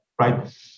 Right